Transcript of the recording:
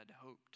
hoped